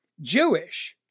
Jewish